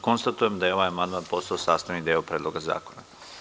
Konstatujem da je ovaj amandman postao sastavni deo Predloga zakona.